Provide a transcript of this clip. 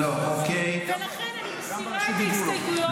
ולכן אני מסירה את ההסתייגויות,